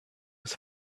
with